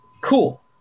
cool